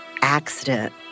accident